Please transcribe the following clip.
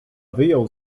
wyjął